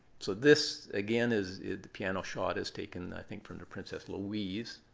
so this again is the piano shot is taken, i think, from the princess louise,